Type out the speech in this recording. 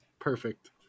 Perfect